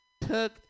took